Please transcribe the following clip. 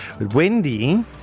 Wendy